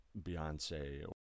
Beyonce